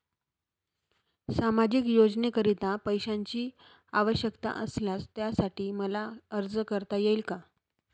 सामाजिक योजनेकरीता पैशांची आवश्यकता असल्यास त्यासाठी मला अर्ज करता येईल का?